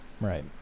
Right